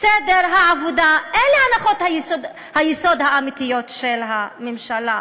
סדר העבודה, אלה הנחות היסוד האמיתיות של הממשלה,